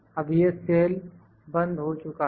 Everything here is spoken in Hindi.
अब यह सेल बंद हो चुका है